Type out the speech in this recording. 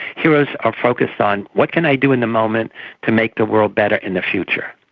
heroes are focused on what can i do in the moment to make the world better in the future.